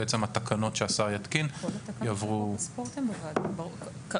שהתקנות שהשר יתקין יעברו --- כרגע,